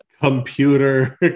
Computer